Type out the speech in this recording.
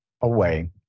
away